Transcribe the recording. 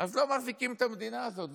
אז לא מחזיקים את המדינה הזאת.